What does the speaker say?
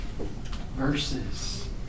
verses